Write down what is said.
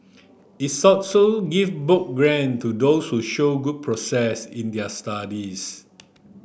its also give book grant to those who show good progress in their studies